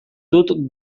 dut